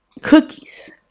cookies